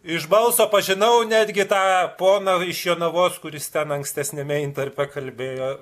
iš balso pažinau netgi tą poną iš jonavos kuris ten ankstesniame intarpe kalbėjo